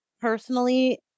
personally